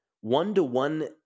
one-to-one